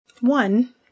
One